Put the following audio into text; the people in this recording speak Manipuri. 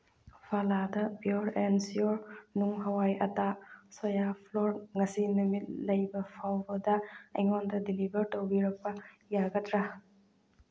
ꯐꯂꯥꯗ ꯄꯤꯌꯣꯔ ꯑꯦꯟ ꯁꯤꯌꯣꯔ ꯅꯨꯡ ꯍꯋꯥꯏ ꯑꯇꯥ ꯁꯣꯌꯥ ꯐ꯭ꯂꯣꯔ ꯉꯁꯤ ꯅꯨꯃꯤꯠ ꯂꯩꯕ ꯐꯥꯎꯕꯗ ꯑꯩꯉꯣꯟꯗ ꯗꯤꯂꯤꯚꯔ ꯇꯧꯕꯤꯔꯛꯄ ꯌꯥꯒꯗ꯭ꯔꯥ